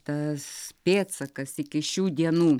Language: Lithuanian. tas pėdsakas iki šių dienų